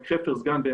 גם